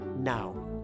Now